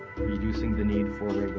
reducing the need for